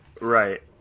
right